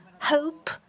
hope